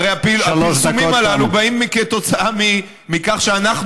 הרי הפרסומים הללו באים בעקבות זאת שאנחנו